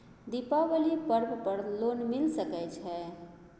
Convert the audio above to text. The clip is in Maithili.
दीपावली पर्व पर लोन मिल सके छै?